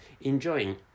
enjoying